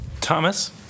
Thomas